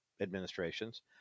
administrations